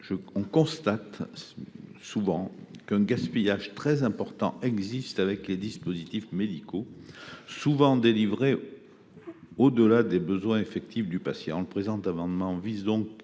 On constate qu’un gaspillage très important existe également avec les dispositifs médicaux, souvent délivrés au delà des besoins effectifs du patient. Le présent amendement vise donc